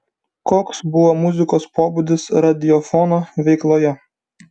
koks buvo muzikos pobūdis radiofono veikloje